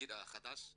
בתפקיד חדש עדיין.